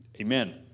Amen